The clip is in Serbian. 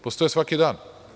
Postoje svaki dan.